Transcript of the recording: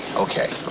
okay.